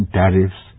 tariffs